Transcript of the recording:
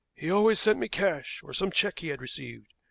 he always sent me cash, or some check he had received,